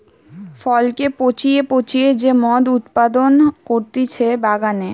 ফলকে পচিয়ে পচিয়ে যে মদ উৎপাদন করতিছে বাগানে